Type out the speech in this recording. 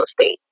state